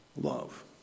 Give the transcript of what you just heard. Love